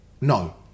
no